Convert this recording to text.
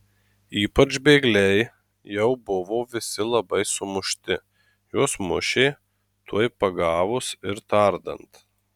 ypač bėgliai jau buvo visi labai sumušti juos mušė tuoj pagavus ir tardant